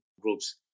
groups